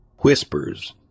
Whispers